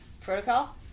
Protocol